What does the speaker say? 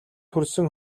хүрсэн